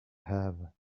have